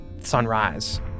sunrise